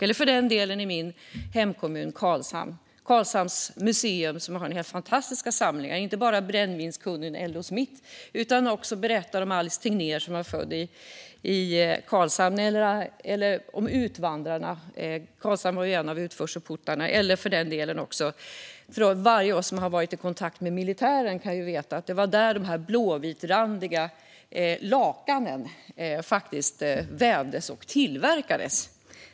Även Karlshamns Museum i min hemkommun Karlshamn har fantastiska samlingar som inte bara berättar om brännvinskungen L O Smith utan också om Alice Tegnér, som är född i Karlshamn, och om utvandrarna. Karlshamn var en av utförselportarna. Och alla vi som har varit i kontakt med militären kanske vet att det var i Karlshamn som de blåvitrandiga lakanen vävdes och tillverkades.